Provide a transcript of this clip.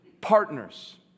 partners